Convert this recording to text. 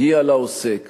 היא על העוסק.